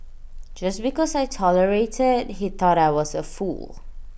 just because I tolerated he thought I was A fool